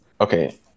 Okay